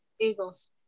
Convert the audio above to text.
Eagles